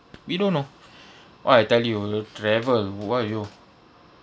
we don't know !wah! I tell you travel !aiyo!